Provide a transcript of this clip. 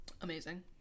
Amazing